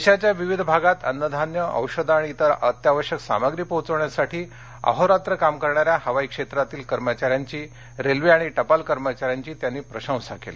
देशाच्या विविध भागात अन्न धान्य औषधे आणि इतर अत्यावश्यक सामग्री पोचवण्यासाठी अहोरात्र काम करणाऱ्या हवाई क्षेत्रातील कर्मचाऱ्यांची रेल्वे आणि टपाल कर्मचाऱ्यांची त्यांनी प्रशंसा केली